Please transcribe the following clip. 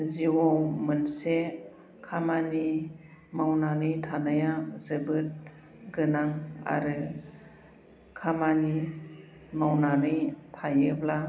जिउआव मोनसे खामानि मावनानै थानाया जोबोद गोनां आरो खामानि मावनानै थायोब्ला